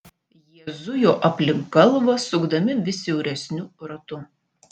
jie zujo aplink kalvą sukdami vis siauresniu ratu